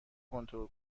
کنترل